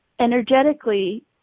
energetically